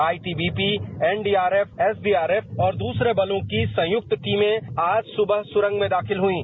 ITBP NDRF SDRF और दूसरे बलों की संयुक्त टीमें आज सुबह सुंरग में दाखिल हुईं